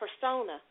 persona